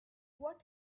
what